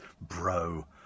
Bro